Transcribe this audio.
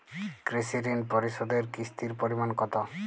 কৃষি ঋণ পরিশোধের কিস্তির পরিমাণ কতো?